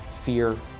fear